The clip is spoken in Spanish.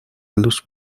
luz